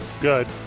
Good